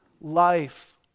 life